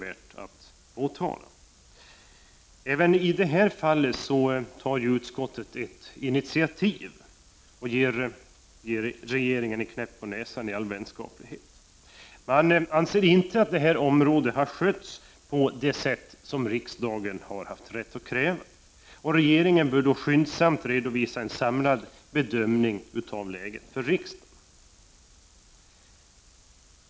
Även i detta fall tar utskottet ett initiativ och ger regeringen en knäpp på näsan i all vänskaplighet. Utskottet anser inte att det här området har skötts på det sätt som riksdagen har rätt att kräva. Regeringen bör därför skyndsamt för riksdagen redovisa en samlad bedömning av läget.